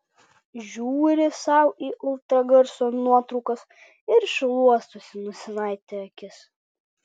žiūri sau į ultragarso nuotraukas ir šluostosi nosinaite akis